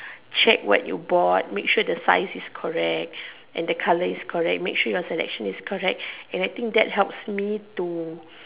check what you bought make sure the size is correct and the color is correct make sure your selection is correct and I think that helps me to